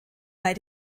bei